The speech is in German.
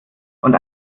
und